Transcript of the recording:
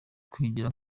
kwigira